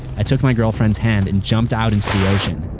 i took my girlfriend's hand and jumped out into the ocean.